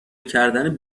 کردن